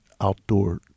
outdoor